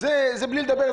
זה בלי לדבר,